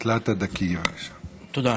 תודה.